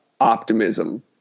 optimism